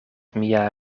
mia